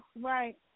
right